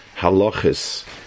halachis